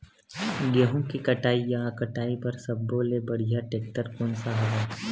गेहूं के कटाई या कटाई बर सब्बो ले बढ़िया टेक्टर कोन सा हवय?